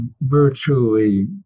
virtually